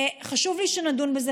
חשוב לי שנדון בזה.